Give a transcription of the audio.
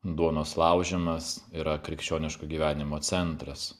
duonos laužymas yra krikščioniško gyvenimo centras